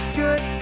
good